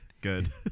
good